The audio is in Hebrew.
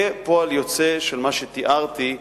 כפועל יוצא של מה שתיארתי,